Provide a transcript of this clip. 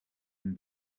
een